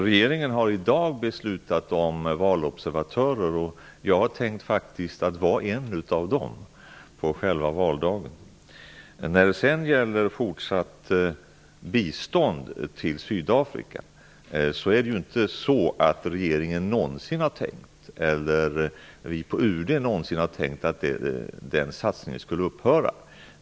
Regeringen har i dag beslutat om valobservatörer, och jag tänkte faktiskt vara en av dem på själva valdagen. När det gäller frågan om fortsatt bistånd till Sydafrika har varken regeringen eller vi på UD någonsin tänkt att den satsningen skulle upphöra.